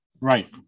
Right